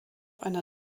einer